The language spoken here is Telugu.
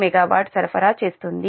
MW సరఫరా చేస్తుంది